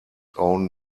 own